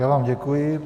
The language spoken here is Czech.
Já vám děkuji.